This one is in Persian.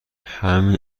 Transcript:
همین